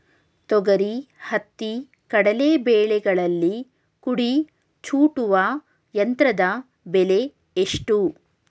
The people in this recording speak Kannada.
ತೊಗರಿ, ಹತ್ತಿ, ಕಡಲೆ ಬೆಳೆಗಳಲ್ಲಿ ಕುಡಿ ಚೂಟುವ ಯಂತ್ರದ ಬೆಲೆ ಎಷ್ಟು?